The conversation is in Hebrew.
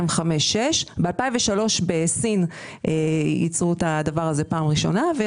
2005-2006. ייצרו את הדבר הזה פעם ראשונה בסין בשנת 2003,